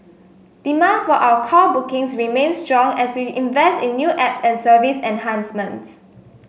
demand for our call bookings remains strong as we invest in new apps and service enhancements